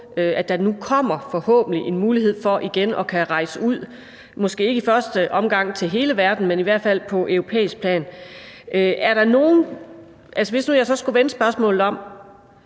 at der nu forhåbentlig igen kommer en mulighed for at kunne rejse ud – måske ikke i første omgang til hele verden, men i hvert fald på europæisk plan. Hvis jeg nu skulle vende spørgsmålet om,